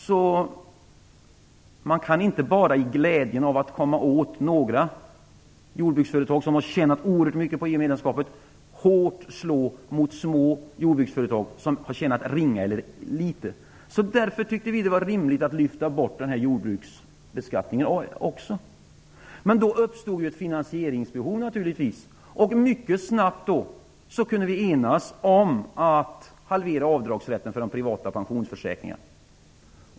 Så man kan inte bara i glädjen över att komma åt några jordbruksföretag som tjänat oerhört mycket på medlemskapet hårt slå mot små jordbruksföretag som har tjänat ringa eller inget. Därför tyckte vi det var rimligt att lyfta bort denna jordbruksbeskattning också. Men då uppstod naturligtvis ett finansieringsbehov. Mycket snabbt kunde vi enas om att halvera avdragsrätten för privata pensionsförsäkringar.